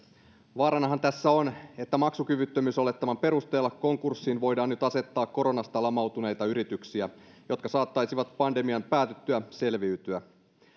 vaaranahan tässä on että maksukyvyttömyysolettaman perusteella konkurssiin voidaan nyt asettaa koronasta lamautuneita yrityksiä jotka saattaisivat pandemian päätyttyä selviytyä